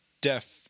deaf